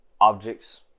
Objects